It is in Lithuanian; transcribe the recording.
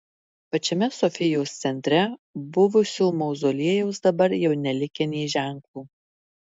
pačiame sofijos centre buvusio mauzoliejaus dabar jau nelikę nė ženklo